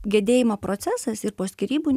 gedėjimo procesas ir po skyrybų